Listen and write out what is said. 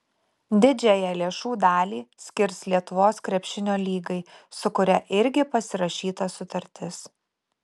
didžiąją lėšų dalį skirs lietuvos krepšinio lygai su kuria irgi pasirašyta sutartis